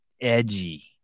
edgy